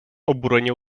обурення